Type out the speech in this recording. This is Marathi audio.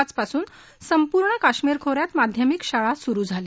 आजपासुन संपूर्ण काश्मीर खोऱ्यात माध्यमिक शाळा सुरु झाल्या